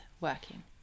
working